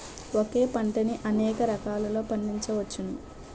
ఒకే పంటని అనేక రకాలలో పండించ్చవచ్చును